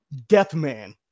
Deathman